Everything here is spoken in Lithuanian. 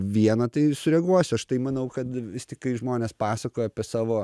vieną tai sureaguosiu aš tai manau kad vis tik kai žmonės pasakoja apie savo